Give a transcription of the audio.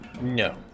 No